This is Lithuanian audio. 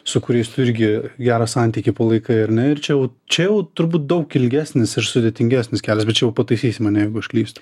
su kuriais tu irgi gerą santykį palaikai ar ne ir čia jau čia jau turbūt daug ilgesnis ir sudėtingesnis kelias bet čia jau pataisysi mane jeugu aš klystu